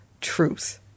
truth